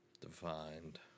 Defined